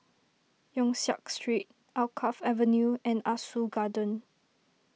Yong Siak Street Alkaff Avenue and Ah Soo Garden